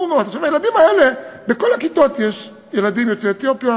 בכל הכיתות יש ילדים יוצאי אתיופיה